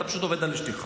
אתה פשוט עובד על אשתך,